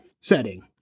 setting